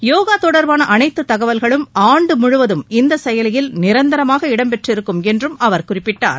யோகா தொடர்பான அனைத்து தகவல்களும் ஆண்டு முழுவதும் இந்த செயலியில் நிரந்தரமாக இடம்பெற்றிருக்கும் என்றும் அவர் குறிப்பிட்டார்